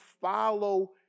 follow